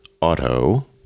Auto